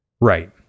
Right